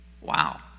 Wow